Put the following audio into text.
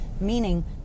meaning